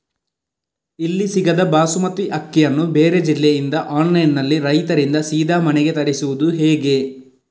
ಇಲ್ಲಿ ಸಿಗದ ಬಾಸುಮತಿ ಅಕ್ಕಿಯನ್ನು ಬೇರೆ ಜಿಲ್ಲೆ ಇಂದ ಆನ್ಲೈನ್ನಲ್ಲಿ ರೈತರಿಂದ ಸೀದಾ ಮನೆಗೆ ತರಿಸುವುದು ಹೇಗೆ?